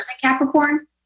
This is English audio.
Capricorn